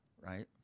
right